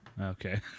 okay